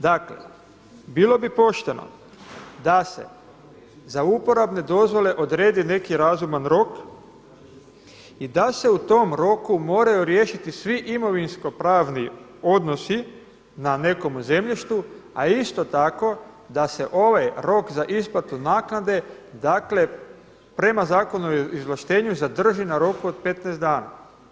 Dakle, bilo bi pošteno da se za uporabne dozvole odredi neki razuman rok i da se u tom roku moraju riješiti svi imovinskopravni odnosi na nekom zemljištu, a isto tako da se ovaj rok za isplatu naknade dakle prema Zakonu o izvlaštenju zadrži na roku od 15 dana.